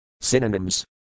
Synonyms